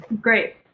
Great